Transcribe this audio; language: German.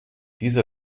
diese